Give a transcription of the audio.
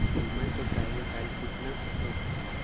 बीमा के कार्यकाल कितना होते?